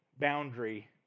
boundary